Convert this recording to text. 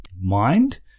Mind